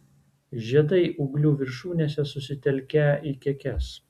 žiedai ūglių viršūnėse susitelkę į kekes